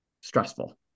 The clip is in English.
stressful